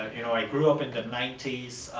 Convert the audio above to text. ah you know i grew up in the ninety s,